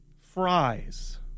fries